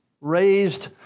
Raised